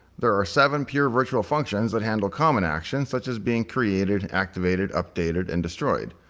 there are seven pure virtual functions that handle common actions such as being created, activated, updated, and destroyed.